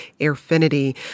Airfinity